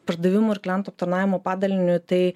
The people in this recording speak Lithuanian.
pardavimų ir klientų aptarnavimo padaliniui tai